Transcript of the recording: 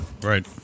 Right